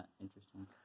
interesting